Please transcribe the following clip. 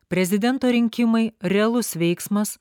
prezidento rinkimai realus veiksmas